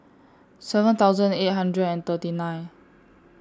seven thousand eight hundred and thirty nine